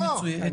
לא,